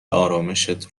آرامِشت